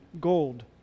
gold